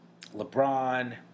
LeBron